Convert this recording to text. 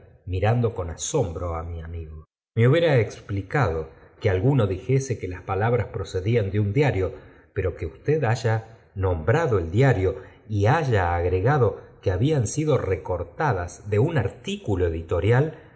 mirando oon asombro é mi amigo me infiera explicado que alguno dijese que las palabras procedían de un diario pero que usted haya nombrado el diario y haya agregado que habían sido recortada de un artículo editorial